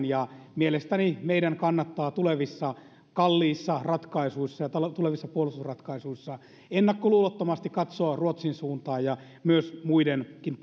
ja mielestäni meidän kannattaa tulevissa kalliissa ratkaisuissa tulevissa puolustusratkaisuissa ennakkoluulottomasti katsoa ruotsin suuntaan ja muidenkin